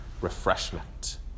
refreshment